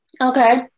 Okay